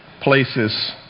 places